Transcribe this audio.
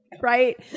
right